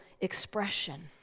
expression